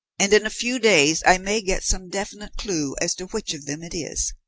and in a few days i may get some definite clue as to which of them it is.